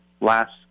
last